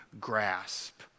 grasp